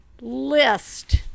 list